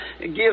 Give